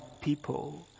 people